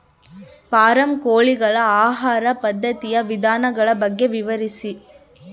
Form ಕೋಳಿಗಳ ಆಹಾರ ಪದ್ಧತಿಯ ವಿಧಾನಗಳ ಬಗ್ಗೆ ವಿವರಿಸಿ?